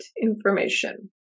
information